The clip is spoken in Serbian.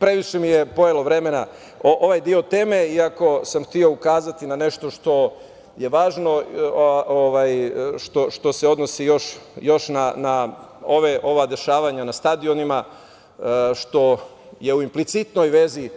Previše mi je oduzelo vremena ovaj deo teme, iako sam hteo ukazati na nešto što je važno, što se odnosi još na ova dešavanja na stadionima, što je u implicitnoj vezi